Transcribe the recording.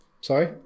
sorry